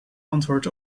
antwoord